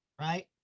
right